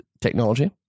technology